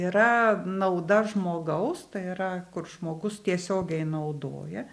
yra nauda žmogaus tai yra kur žmogus tiesiogiai naudoja